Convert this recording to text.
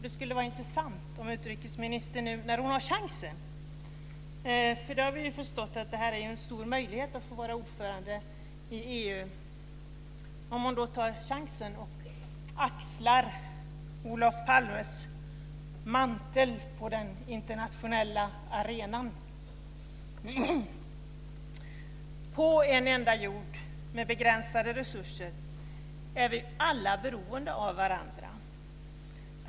Det skulle vara intressant om utrikesministern nu - för vi har ju förstått att det är en stor möjlighet att få vara ordförande i EU - tar chansen och axlar Olof Palmes mantel på den internationella arenan. På en enda jord med begränsade resurser är vi alla beroende av varandra.